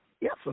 Yes